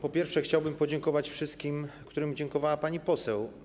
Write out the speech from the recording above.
Po pierwsze, chciałbym podziękować wszystkim, którym dziękowała pani poseł.